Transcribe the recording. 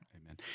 Amen